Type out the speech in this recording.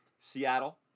Seattle